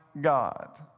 God